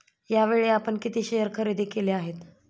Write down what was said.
यावेळी आपण किती शेअर खरेदी केले आहेत?